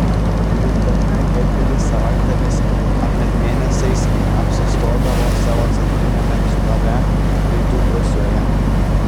vis dažniau hitleris savaitėmis ar net mėnesiais apsistodavo savo centriniame štabe rytų prūsijoje